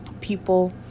people